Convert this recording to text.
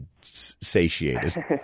satiated